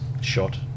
shot